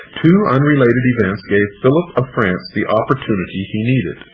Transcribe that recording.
two unrelated events gave philip of france the opportunity he needed.